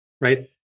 right